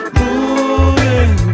moving